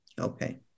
Okay